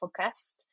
podcast